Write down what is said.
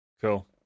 Cool